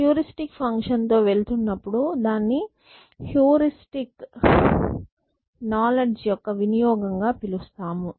heuristic ఫంక్షన్తో వెళుతున్నప్పుడు దాన్ని హ్యూరిస్టిక్ నాలెడ్జి యొక్క వినియోగం గా పిలుస్తాము